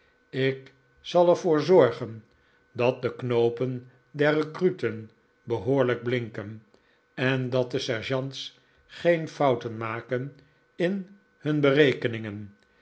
ik zal er voor zorgen dat de knoopen der recruten behoorlijk blinken en dat de sergeants geen fouten maken in hun berekeningen